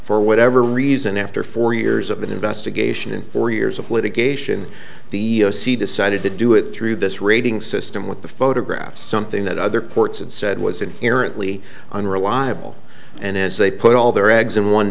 for whatever reason after four years of an investigation and four years of litigation the e e o c decided to do it through this rating system with the photograph something that other courts and said was inherently unreliable and as they put all their eggs in one